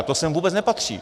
To sem vůbec nepatří.